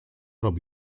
robi